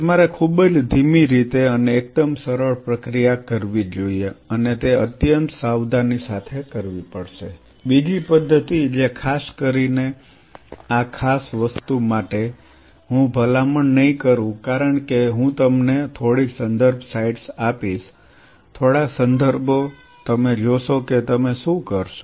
તમારે ખૂબ જ ધીમી રીતે અને એકદમ સરળ પ્રક્રિયા કરવી જોઈએ અને તે અત્યંત સાવધાની સાથે કરવી પડશે બીજી પદ્ધતિ જે ખાસ કરીને આ ખાસ વસ્તુ માટે હું ભલામણ નહીં કરું કારણ કે હું તમને થોડી સંદર્ભ સાઇટ્સ આપીશ થોડા સંદર્ભો તમે જોશો કે તમે શું કરશો